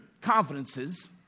confidences